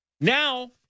now